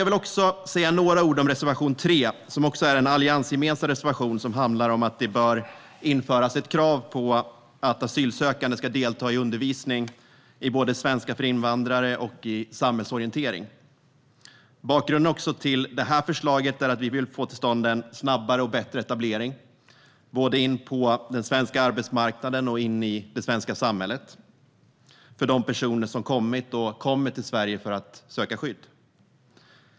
Jag vill även säga några ord om reservation 3, som också är en alliansgemensam reservation. Den handlar om att det bör införas ett krav på att asylsökande ska delta i undervisning i både svenska för invandrare och i samhällsorientering. Bakgrunden också till detta förslag är att vi vill få till stånd en snabbare och bättre etablering, både på den svenska arbetsmarknaden och i det svenska samhället, för de personer som kommit och kommer till Sverige för att söka skydd.